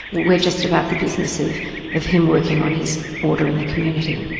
we're just about the business of of him working on his order in the community.